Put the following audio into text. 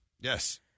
Yes